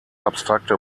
abstrakte